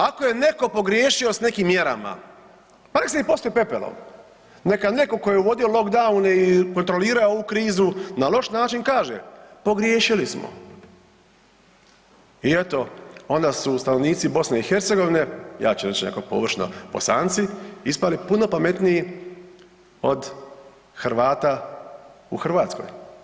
Ako je neko pogriješio s nekim mjerama, pa nek se pospe pepelom neka netko tko je uvodio lockdown i kontrolira ovu krizu na loš način kaže „pogriješili smo“ i eto onda su stanovnici BiH-a, ja ću reći nekako površno, Bosanci, ispali puno pametniji od Hrvata u Hrvatskoj.